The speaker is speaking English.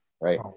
right